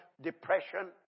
depression